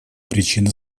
причина